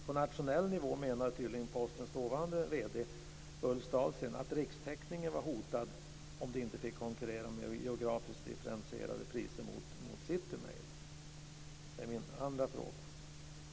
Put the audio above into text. På nationell nivå, menar Postens förutvarande vd Ulf Dahlsten, skulle rikstäckningen vara hotad om man inte fick konkurrera med geografiskt differentierade priser mot City-Mail. Detta är min andra fråga.